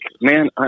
man